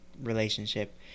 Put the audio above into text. relationship